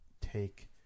Take